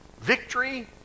Victory